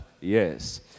Yes